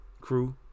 crew